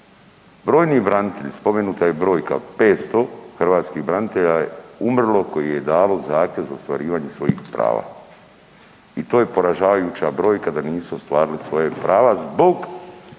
Brojni branitelji, spomenuta je brojka 500 hrvatskih branitelja je umrlo koje je dalo zahtjev za ostvarivanje svojih prava. I to je poražavajuća brojka da nisu ostvarili svoja prava zbog